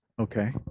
okay